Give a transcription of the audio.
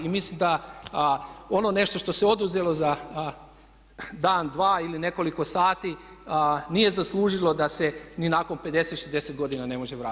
I mislim da ono nešto što se oduzelo za dan, dva ili nekoliko sati nije zaslužilo da se ni nakon 50, 60 godina ne može vratiti.